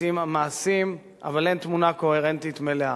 לעתים המעשים, אבל אין תמונה קוהרנטית מלאה.